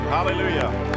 Hallelujah